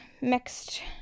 mixed